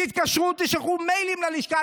תתקשרו, תשלחו מיילים ללשכה.